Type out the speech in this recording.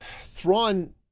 Thrawn